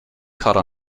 caught